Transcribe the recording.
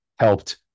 helped